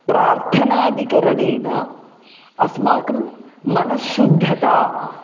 प्रार्थनादिकरणेन अस्माकं मनश्शुद्धता